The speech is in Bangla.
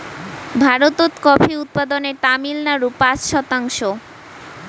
ভারতত কফি উৎপাদনে তামিলনাড়ু পাঁচ শতাংশ